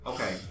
Okay